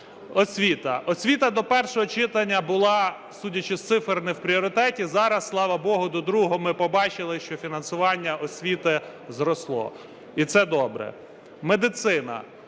Освіта. Освіта до першого читання була, судячи з цифр, не в пріоритеті, зараз, слава богу, до другого ми побачили, що фінансування освіти зросло, і це добре. Медицина.